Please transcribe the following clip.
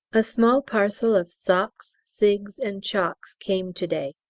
a small parcel of socks, cigs, and chocs, came to-day.